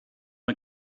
mae